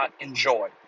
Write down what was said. enjoy